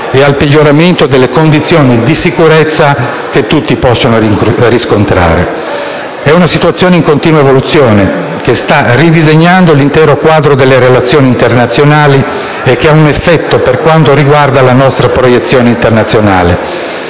e al peggioramento delle condizioni di sicurezza che tutti possono riscontrare. La situazione è in continua evoluzione, sta ridisegnando l'intero quadro delle relazioni internazionali e ha un effetto per quanto riguarda la nostra proiezione internazionale.